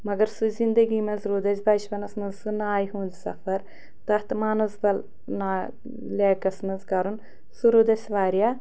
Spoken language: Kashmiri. مگر سُہ زندگی منٛز روٗد اَسہِ بَچپَنَس منٛز سُہ نایہِ ہُنٛد سفر تَتھ مانَسبَل نا لیکَس منٛز کَرُن سُہ روٗد اَسہِ واریاہ